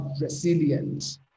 resilient